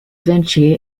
vinci